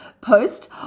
post